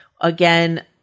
again